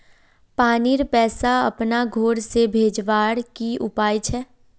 पानीर पैसा अपना घोर से भेजवार की उपाय छे?